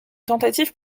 tentative